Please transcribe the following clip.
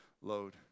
load